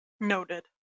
Noted